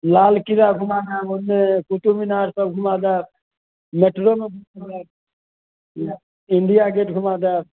लालकिला घुमा देब ओन्ने कुतुबमिनार पर घुमा देब मेट्रोमे घुमाएब नहि इण्डिआगेट घुमा देब